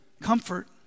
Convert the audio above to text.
Comfort